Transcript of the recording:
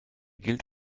gilt